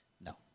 No